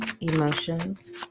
Emotions